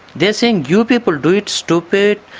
they are saying, you people do it, stupid,